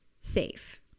safe